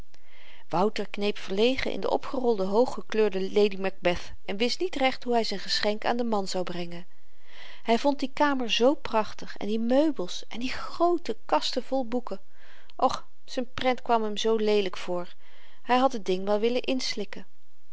wouter kneep verlegen in de opgerolde hooggekleurde lady macbeth en wist niet recht hoe hy z'n geschenk aan den man zou brengen hy vond die kamer zoo prachtig en die meubels en die groote kasten vol boeken och z'n prent kwam hem zoo leelyk voor hy had het ding wel willen inslikken